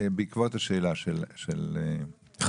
בעקבות השאלה של חג'ג',